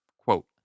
quote